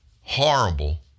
horrible